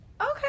okay